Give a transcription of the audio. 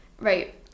Right